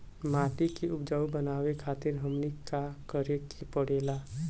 माटी के उपजाऊ बनावे खातिर हमनी के का करें के पढ़ेला?